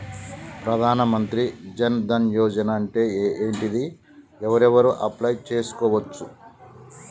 ప్రధాన మంత్రి జన్ ధన్ యోజన అంటే ఏంటిది? ఎవరెవరు అప్లయ్ చేస్కోవచ్చు?